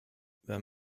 wenn